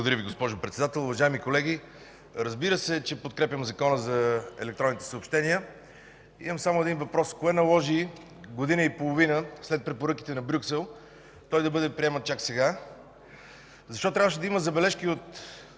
Благодаря Ви, госпожо Председател. Уважаеми колеги, подкрепям Закона за електронните съобщения. Имам обаче един въпрос: кое наложи година и половина след препоръките на Брюксел той да бъде приеман чак сега?! Защо трябваше да има забележки от